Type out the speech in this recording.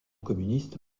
communiste